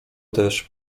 też